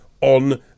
on